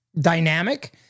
dynamic